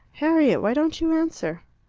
harriet, why don't you answer?